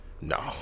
no